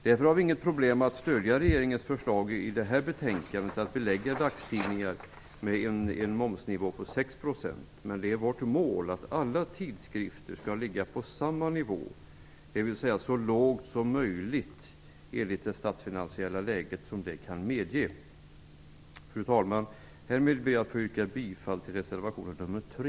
Därför har vi inget problem att stödja regeringens förslag i betänkandet att belägga dagstidningar med en moms på 6 %. Men vårt mål är att alla tidskrifter skall ligga på samma skattenivå, dvs. så lågt som det statsfinansiella läget medger. Fru talman! Härmed ber jag att få yrka bifall till reservation 3.